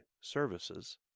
services